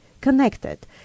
connected